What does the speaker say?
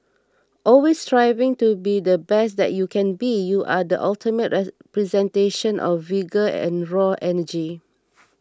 always striving to be the best that you can be you are the ultimate representation of vigour and raw energy